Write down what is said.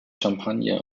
champagne